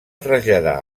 traslladar